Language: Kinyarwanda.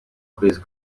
kwezi